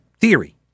theory